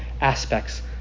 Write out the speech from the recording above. aspects